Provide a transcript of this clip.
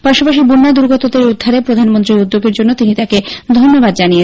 পাশাপাশি বন্যাদুর্গতদের উদ্ধারে প্রধানমন্ত্রীর উদ্যোগের জন্য তিনি তাকে ধন্যবাদ জানান